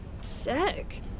Sick